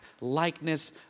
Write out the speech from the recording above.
likeness